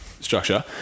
structure